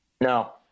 No